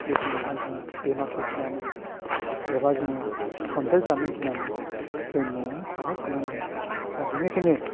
बे समावहाय जोङो बेमारखौ गिनानै एबा जोङो सनदेर जानो गिनानै जों न'आवनो थाबाय थानांदोंमोन दा बेनिखायनो